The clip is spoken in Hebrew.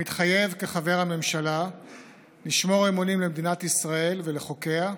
מתחייב כחבר הממשלה לשמור אמונים למדינת ישראל ולחוקיה,